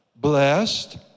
Blessed